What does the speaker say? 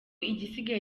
igisigaye